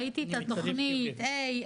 ראיתי את התוכנית A,